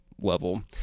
level